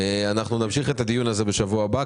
אנחנו נמשיך את הדיון הזה בשבוע הבא.